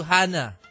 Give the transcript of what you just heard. Hannah